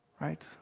right